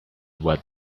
what